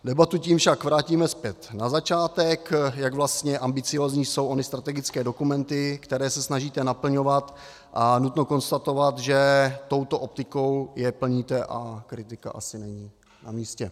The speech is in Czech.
Debatu tím však vrátíme zpět na začátek, jak vlastně ambiciózní jsou ony strategické dokumenty, které se snažíte naplňovat, a nutno konstatovat, že touto optikou je plníte a kritika asi není namístě.